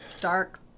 dark